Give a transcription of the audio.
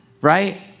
right